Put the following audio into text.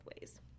ways